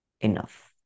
Enough